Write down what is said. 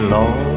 Lord